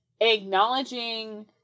acknowledging